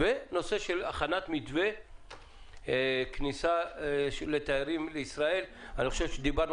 ונושא של הכנת מתווה של כניסת תיירים לישראל דיברנו